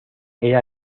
era